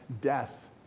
death